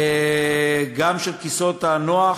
גם של כיסאות הנוח